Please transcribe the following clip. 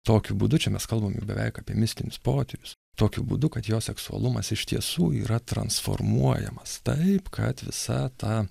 tokiu būdu čia mes kalbam jau beveik apie mistinius potyrius tokiu būdu kad jo seksualumas iš tiesų yra transformuojamas taip kad visa ta